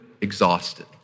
exhausted